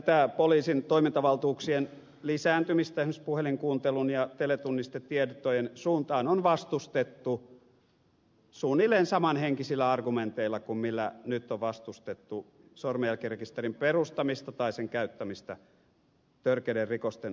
tätä poliisin toimintavaltuuksien lisääntymistä esimerkiksi puhelinkuuntelun ja teletunnistetietojen suuntaan on vastustettu suunnilleen samanhenkisillä argumenteilla kuin millä nyt on vastustettu sormenjälkirekisterin perustamista tai sen käyttämistä törkeiden rikosten tutkintaan